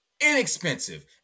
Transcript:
inexpensive